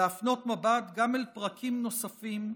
להפנות מבט גם אל פרקים נוספים,